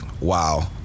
wow